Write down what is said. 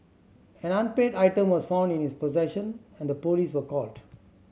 an unpaid item was found in his possession and police were called